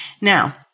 Now